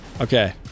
Okay